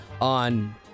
on